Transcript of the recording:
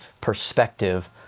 perspective